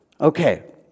Okay